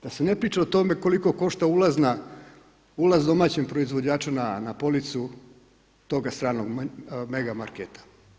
Da se ne priča o tome koliko košta ulazna, ulaz domaćem proizvođaču na policu toga stranog mega marketa.